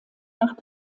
nach